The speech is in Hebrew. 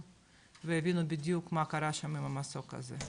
ויבינו בדיוק מה קרה שם עם המסוק הזה.